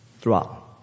throughout